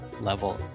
level